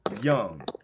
Young